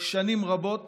שנים רבות